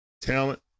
talent